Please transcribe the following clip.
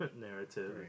narrative